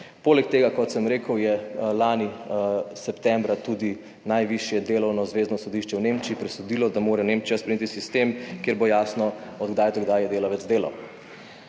Poleg tega, kot sem rekel, je lani septembra tudi najvišje delovno zvezno sodišče v Nemčiji presodilo, da mora Nemčija sprejeti sistem, kjer bo jasno, od kdaj do kdaj je delavec delal.